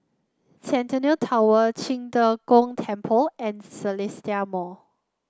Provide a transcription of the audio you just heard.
Centennial Tower Qing De Gong Temple and The Seletar Mall